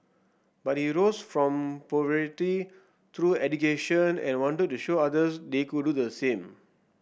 but he rose from poverty through education and wanted to show others they could do the same